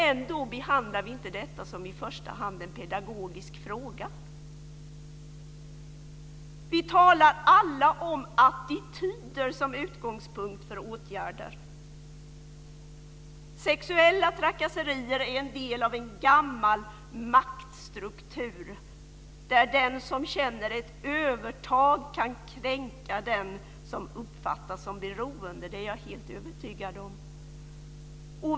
Ändå behandlar vi inte detta som i första hand en pedagogisk fråga. Vi talar alla om attityder som utgångspunkt för åtgärder. Sexuella trakasserier är en del av en gammal maktstruktur där den som känner ett övertag kan kränka den som uppfattas som beroende. Det är jag helt övertygad om.